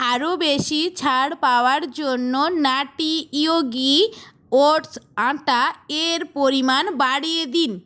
আরও বেশি ছাড় পাওয়ার জন্য নাটি ইয়োগি ওটস আটা এর পরিমাণ বাড়িয়ে দিন